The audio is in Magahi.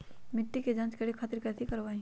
मिट्टी के जाँच करे खातिर कैथी करवाई?